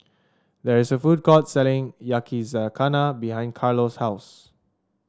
there is a food court selling Yakizakana behind Carlo's house